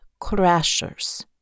crashers